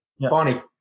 Funny